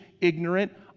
ignorant